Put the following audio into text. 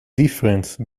difference